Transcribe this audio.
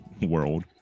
world